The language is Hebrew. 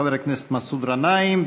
חבר הכנסת מסעוד גנאים,